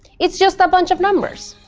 it's just a bunch of numbers!